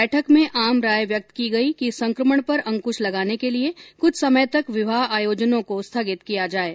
बैठक में आम राय व्यक्त की गई कि संकमण पर अंक्श लगाने के लिए कुछ समय तक विवाह आयोजनों को स्थगित किया जाये